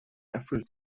erfüllt